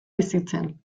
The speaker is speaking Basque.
bizitzen